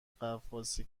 غواصی